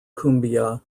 cumbia